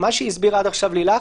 מה שהסבירה עד עכשיו לילך,